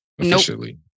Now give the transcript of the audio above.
officially